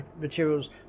materials